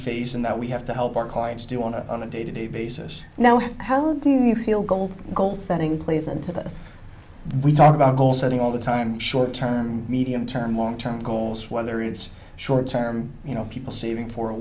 face and that we have to help our clients do on a day to day basis now how do you feel gold goal setting plays into this we talk about goal setting all the time short term medium term long term goals whether it's short term you know people saving for a